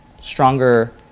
stronger